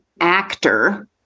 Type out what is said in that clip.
actor